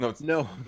No